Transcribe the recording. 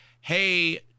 hey